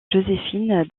joséphine